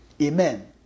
Amen